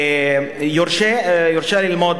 יורשה ללמוד